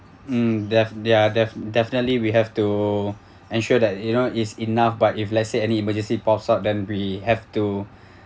mm def~ they're def definitely we have to ensure that you know is enough but if let's say any emergency pops up then we have to